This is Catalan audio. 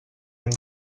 hem